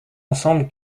ensemble